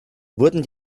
wurden